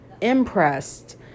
impressed